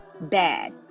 bad